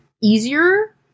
easier